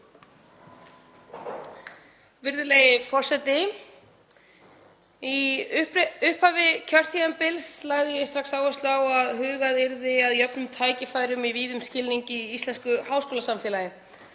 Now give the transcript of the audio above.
Virðulegi forseti. Í upphafi kjörtímabils lagði ég strax áherslu á að hugað yrði að jöfnum tækifærum í víðum skilningi í íslensku háskólasamfélagi,